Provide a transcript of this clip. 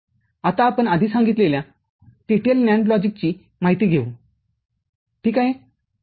आता आपण आधी सांगितलेल्या TTL NAND लॉजिकची माहिती देऊ ठीक आहे